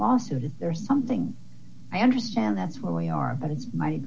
lawsuit if there's something i understand that's what we are and it's my